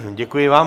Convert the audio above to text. Děkuji vám.